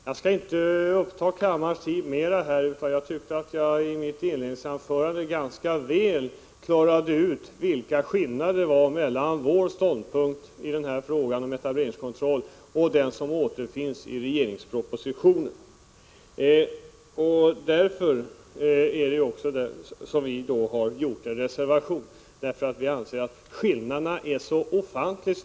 Jag skall inte uppta kammarens tid mera med detta, för jag tycker att jag i mitt inledningsanförande ganska väl klarade ut vilka skillnader det är mellan vår ståndpunkt i frågan om etableringskontroll och den som återfinns i regeringspropositionen. Det är därför att vi anser att dessa skillnader är så ofantligt stora som vi har fogat en reservation till betänkandet.